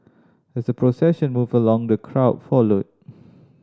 as the procession moved along the crowd followed